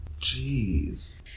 Jeez